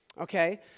Okay